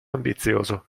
ambizioso